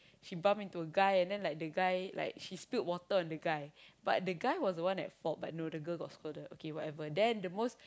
she bump into a guy and then like the guy like she spilled water on the guy but the guy was the one at fault but no the girl got scolded okay whatever then the most